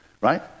right